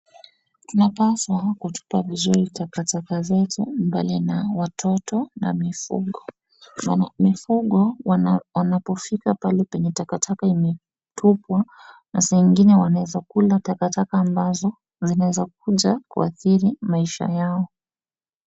Tunapaswa kutupa vizuri takataka zetu mbali na watoto na mifugo. Wanapofika pale penye takataka imetupwa, saa ingine wanaweza kula takataka ambazo zinzweza kuja kuathiri maisha yao.